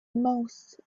most